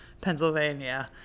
Pennsylvania